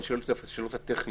אני שואל דווקא את השאלות הטכניות.